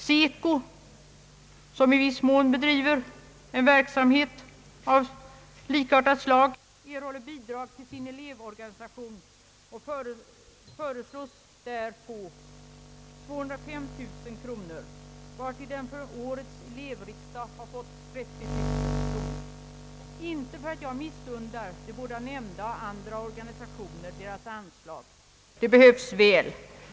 SECO, som i viss mån bedriver en verksamhet av likartat slag, erhåller bidrag till sin elevorganisation och föreslås i år få 205 000 kronor, vartill den för årets elevriksdag fått 30 000 kronor. Jag missunnar inte de båda nämnda och andra organisationer deras anslag — de behövs väl.